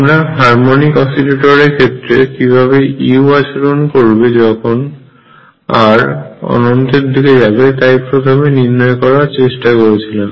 আমরা হারমোনিক অসিলেটরের ক্ষেত্রে কিভাবে u আচরণ করবে যখন r অনন্তের দিকে যাবে তাই প্রথমে নির্ণয় করার চেষ্টা করেছিলাম